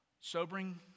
sobering